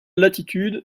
latitude